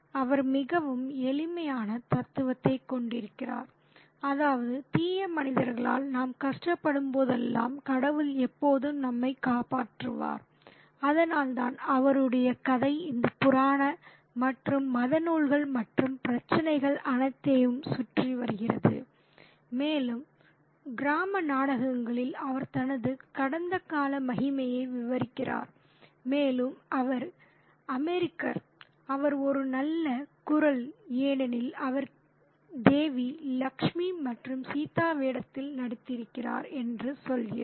அவர் மிகவும் எளிமையான தத்துவத்தைக் கொண்டிருக்கிறார் அதாவது தீய மனிதர்களால் நாம் கஷ்டப்படும்போதெல்லாம் கடவுள் எப்போதும் நம்மைக் காப்பாற்றுவார் அதனால்தான் அவருடைய கதை இந்த புராண மற்றும் மத நூல்கள் மற்றும் பிரச்சினைகள் அனைத்தையும் சுற்றி வருகிறது மேலும் கிராம நாடகங்களில் அவர் தனது கடந்த கால மகிமையை விவரிக்கிறார் மேலும் அவர் அமெரிக்கர் அவர் ஒரு நல்ல குரல் ஏனெனில் அவர் தேவி லக்ஷ்மி மற்றும் சீதா வேடத்தில் நடித்திருக்கிறார் என்று சொல்கிறார்